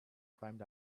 climbed